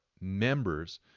members